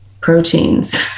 proteins